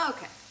Okay